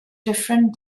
different